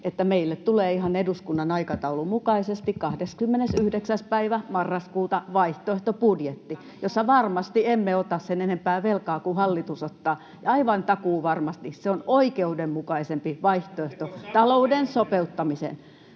että meille tulee ihan eduskunnan aikataulun mukaisesti 29. päivä marraskuuta vaihtoehtobudjetti, jossa varmasti emme ota sen enempää velkaa kuin hallitus ottaa, ja aivan takuuvarmasti se on oikeudenmukaisempi vaihtoehto talouden sopeuttamiseen.